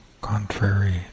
contrary